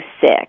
sick